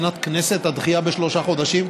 מבחינת הכנסת, הדחייה בשלושה חודשים?